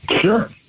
Sure